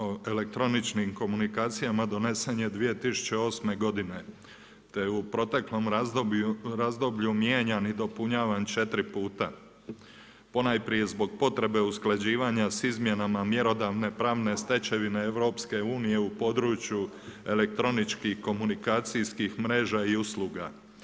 o elektroničkim komunikacijama donesen nje 2008. godine te je u proteklu razdoblju mijenjan i dopunjavan 4 puta, ponajprije zbog potrebe usklađivanja s izmjenama mjerodavne pravne stečevine EU u području elektroničkih komunikacijskih mreža i usluga.